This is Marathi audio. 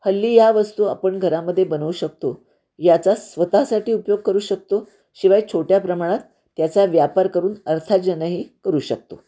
हल्ली या वस्तू आपण घरामध्ये बनवू शकतो याचा स्वतःसाठी उपयोग करू शकतो शिवाय छोट्या प्रमाणात त्याचा व्यापार करून अर्थार्जनही करू शकतो